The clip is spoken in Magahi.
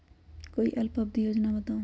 कोई अल्प अवधि योजना बताऊ?